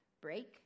break